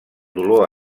dolor